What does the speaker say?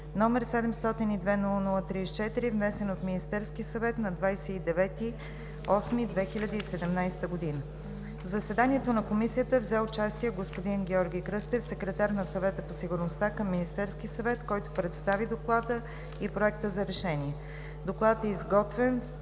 г., № 702-00-34, внесен от Министерския съвет на 29 август 2017 г. В заседанието на комисията взе участие господин Георги Кръстев – секретар на Съвета по сигурността към Министерския съвет, който представи доклада и Проекта за решение. Докладът е изготвен